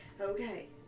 Okay